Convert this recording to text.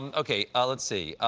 and okay, ah let's see.